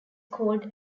called